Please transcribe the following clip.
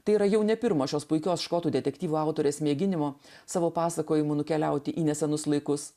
tai yra jau ne pirmas šios puikios škotų detektyvų autorės mėginimo savo pasakojimu nukeliauti į nesenus laikus